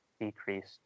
decreased